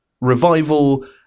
revival